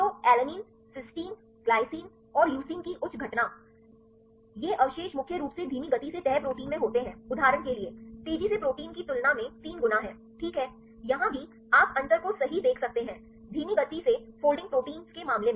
तो alanine cysteine glycine और leucine की उच्च घटना ये अवशेष मुख्य रूप से धीमी गति से तह प्रोटीन में होते हैं उदाहरण के लिए तेजी से प्रोटीन की तुलना में 3 गुना है ठीक है यहां भी आप अंतर को सही देख सकते हैं धीमी गति से फोल्डिंग प्रोटीन के मामले में